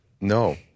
No